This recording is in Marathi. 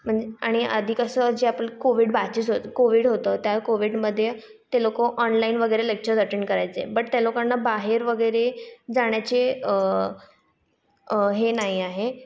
मंज आणि आधी कसं जे आपलं कोविड बॅचेस होतं कोविड होतं त्या कोविडमध्ये ते लोकं ऑनलाईन वगैरे लेक्चर्स अटेंड करायचे बट त्या लोकांना बाहेर वगैरे जाण्याचे हे नाही आहे